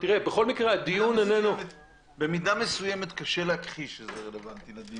בכל מקרה הדיון --- במידה מסוימת קשה להכחיש שזה רלוונטי לדיון.